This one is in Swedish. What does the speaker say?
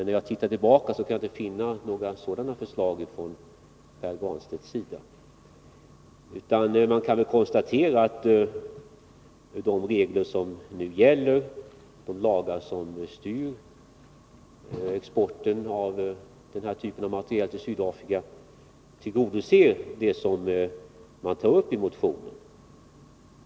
När jag ser tillbaka, kan jag inte finna några sådana förslag från Pär Granstedt. De regler som nu gäller och de lagar som styr exporten av denna typ av materiel till Sydafrika tillgodoser de krav som ställs i motionen.